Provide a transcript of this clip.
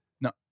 No